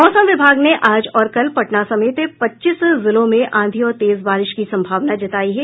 मौसम विभाग ने आज और कल पटना समेत पच्चीस जिलों में आंधी और तेज बारिश की संभावना जतायी है